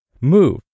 move